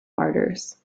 martyrs